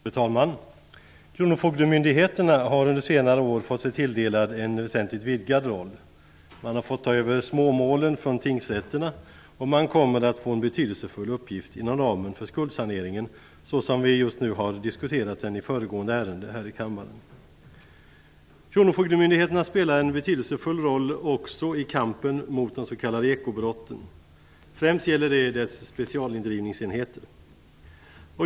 Fru talman! Kronofogdemyndigheterna har under senare år fått sig tilldelad en väsentligt vidgad roll. Man har fått ta över småmålen från tingsrätterna och man kommer att få en betydelsefull uppgift inom ramen för skuldsaneringen så som vi just diskuterade den i föregående ärende här i kammaren. Kronofogdemyndigheterna spelar en betydelsefull roll också i kampen mot de s.k. ekobrotten. Främst gäller det deras specialindrivningsenheter.